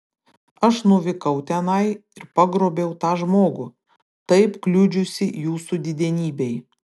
aš nuvykau tenai ir pagrobiau tą žmogų taip kliudžiusį jūsų didenybei